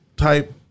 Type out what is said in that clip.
Type